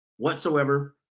Whatsoever